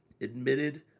admitted